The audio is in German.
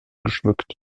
geschmückt